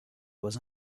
was